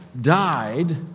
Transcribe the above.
died